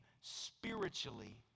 spiritually